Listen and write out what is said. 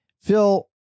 Phil